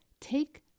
take